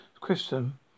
Christian